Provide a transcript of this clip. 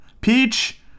peach